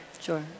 Sure